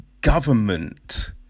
government